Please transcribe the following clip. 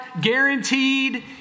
guaranteed